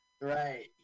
Right